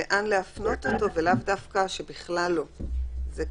לאן להפנות אותו ולאו דווקא שבכלל לא יפנו?